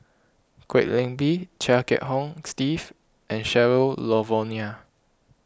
Kwek Leng Beng Chia Kiah Hong Steve and Cheryl Noronha